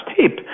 tape